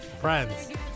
friends